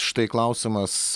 štai klausimas